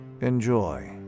Enjoy